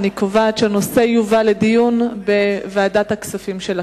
אני קובעת שהנושא יובא לדיון בוועדת הכספים של הכנסת.